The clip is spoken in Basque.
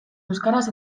euskaraz